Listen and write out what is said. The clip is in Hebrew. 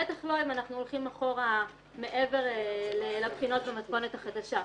בטח לא אם אנחנו הולכים אחורה מעבר לבחינות במתכונת החדשה,